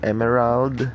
Emerald